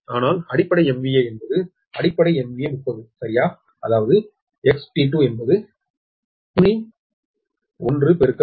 ஆனால் அடிப்படை MVA என்பது அடிப்படை MVA 30 சரியா அதாவது XT2 என்பது 0